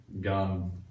gone